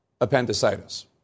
appendicitis